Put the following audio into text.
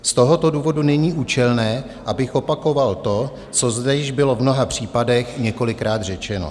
Z tohoto důvodu není účelné, abych opakoval to, co zde již bylo v mnoha případech několikrát řečeno.